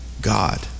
God